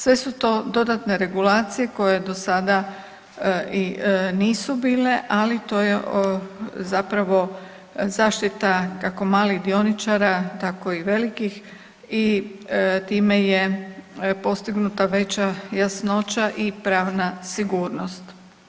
Sve su to dodatne regulacije koje do sada nisu bile, ali to je zapravo zaštita kako malih dioničara tako i veliki i time je postignuta veća jasnoća i pravna sigurnost.